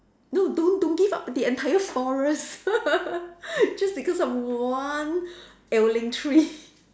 no don't don't give up the entire forest just because of one ailing tree